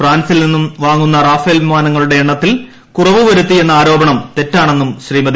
ഫ്രാൻസിൽ നിന്നു വാങ്ങുന്ന റഫേൽ വിമാനങ്ങളുടെ എണ്ണത്തിൽ കുറവ് വരുത്തി എന്ന ആരോപണം തെറ്റാണെന്നും ശ്രീമതി